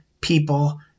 people